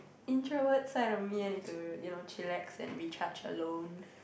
introvert side of me I need to you know chillax and recharge alone